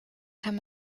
kann